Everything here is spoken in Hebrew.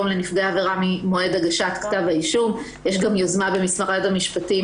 שמעתי כאן את נציגות משרד המשפטים